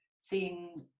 seeing